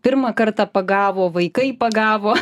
pirmą kartą pagavo vaikai pagavo